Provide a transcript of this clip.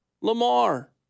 Lamar